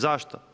Zašto?